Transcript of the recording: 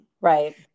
Right